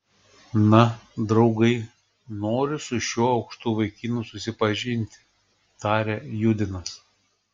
na draugai noriu su šiuo aukštu vaikinu susipažinti tarė judinas